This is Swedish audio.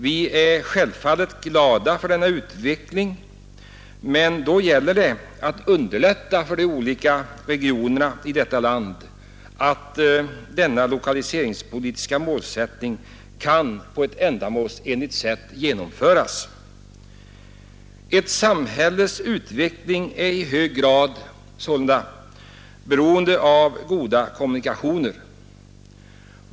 Vi är självfallet glada för denna utveckling, men då gäller det att underlätta för de olika regionerna i detta land att på ett ändamålsenligt sätt genomföra denna lokaliseringspolitiska målsättning. Ett samhälles utveckling är sålunda i hög grad beroende av goda kommunikationer.